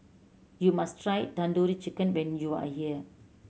you must try Tandoori Chicken when you are here